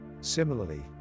Similarly